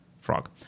frog